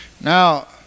Now